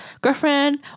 girlfriend